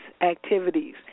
activities